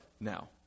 now